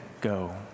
go